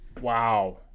Wow